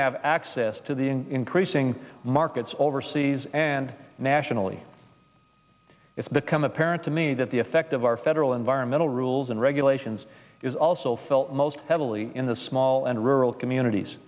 have access to the creasing markets overseas and nationally it's become apparent to me that the effect of our federal environmental rules and regulations is also felt most heavily in the small and rural communities